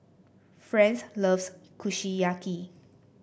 Frances loves Kushiyaki